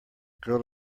girl